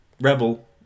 Rebel